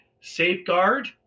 safeguard